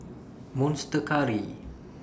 Monster Curry